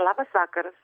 labas vakaras